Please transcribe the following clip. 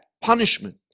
punishment